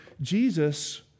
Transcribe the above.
Jesus